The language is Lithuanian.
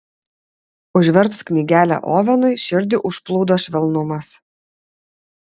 užvertus knygelę ovenui širdį užplūdo švelnumas